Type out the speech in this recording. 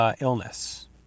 illness